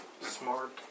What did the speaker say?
Smart